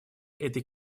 этой